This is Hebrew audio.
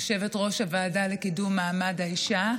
יושבת-ראש הוועדה לקידום מעמד האישה,